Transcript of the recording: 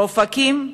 באופקים,